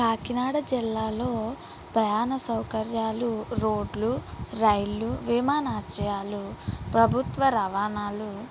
కాకినాడ జిల్లాలో ప్రయాణ సౌకర్యాలు రోడ్లు రైల్లు విమానస్రయాలు ప్రభుత్వ రవాణాలు